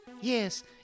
yes